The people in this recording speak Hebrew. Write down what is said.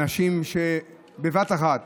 אנשים שבבת אחת